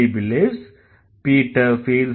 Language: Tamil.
Mary believes Peter feels that Susan is a good student